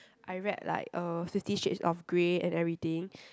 I read like uh Fifty Shades of Grey and everything